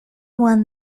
won